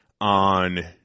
on